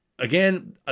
Again